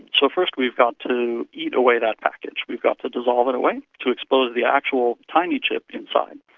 so first we've got to eat away that package, we've got to dissolve it away to expose the actual tiny chip inside.